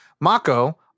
Mako